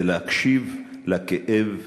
ולהקשיב לכאב